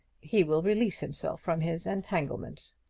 he will release himself from his entanglement.